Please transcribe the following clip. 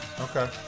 Okay